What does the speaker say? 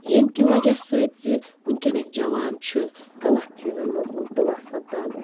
ییٚمہِ کہ وجہ سۭتۍ زِ وُنکیٚنٕکۍ جوان چھِ غلط چیٖزَن منٛز مُبتلا سپدان